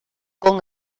con